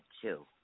two